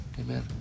amen